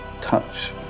touch